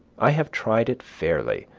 i have tried it fairly,